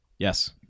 Yes